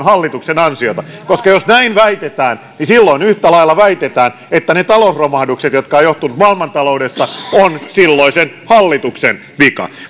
hallituksen ansiota koska jos näin väitetään niin silloin yhtä lailla väitetään että ne talousromahdukset jotka ovat johtuneet maailmantaloudesta ovat silloisen hallituksen vika